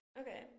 Okay